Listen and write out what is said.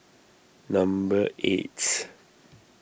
number eight